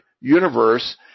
universe